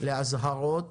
לאזהרות